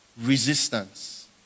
resistance